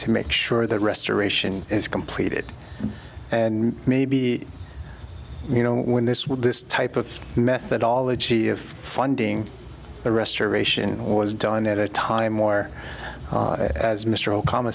to make sure that restoration is completed and maybe you know when this will this type of methodology of funding the restoration was done at a time or as mr obama